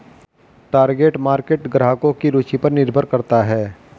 target market ग्राहकों की रूचि पर निर्भर करता है